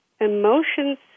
emotions